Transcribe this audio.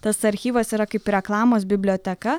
tas archyvas yra kaip reklamos biblioteka